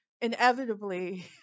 inevitably